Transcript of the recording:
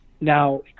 Now